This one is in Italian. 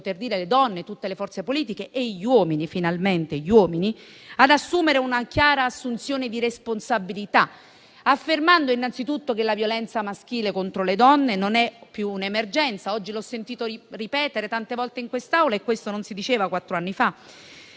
poter dire le donne di tutte le forze politiche e finalmente gli uomini - a procedere a una chiara assunzione di responsabilità, affermando innanzitutto che la violenza maschile contro le donne non è più un'emergenza. Oggi ho sentito ripetere tante volte in quest'Aula - non si diceva soltanto quattro anni fa